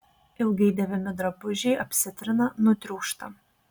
ilgai dėvimi drabužiai apsitrina nutriūšta